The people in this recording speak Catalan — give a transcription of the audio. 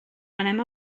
anem